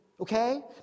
Okay